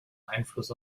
einfluss